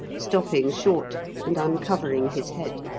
stopping short and uncovering his head.